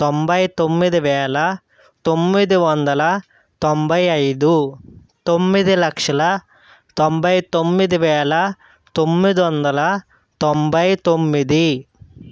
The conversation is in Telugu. తొంభై తొమ్మిది వేల తొమ్మిది వందల తొంభై ఐదు తొమ్మిది లక్షల తొంభై తొమ్మిది వేల తొమ్మిది వందల తొంభై తొమ్మిది